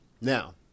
Now